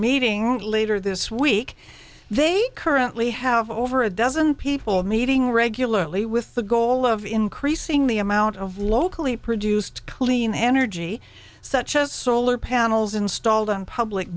meeting later this week they currently have over a dozen people meeting regularly with the goal of increasing the amount of locally produced clean energy such as solar panels installed on public